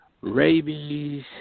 rabies